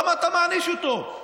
למה אתה מעניש אותו?